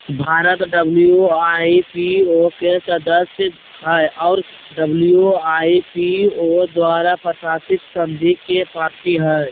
Bharat WIPO के सदस्य हइ और डब्ल्यू.आई.पी.ओ द्वारा प्रशासित संधि के पार्टी हइ